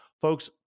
folks